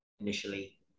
Initially